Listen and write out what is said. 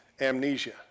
amnesia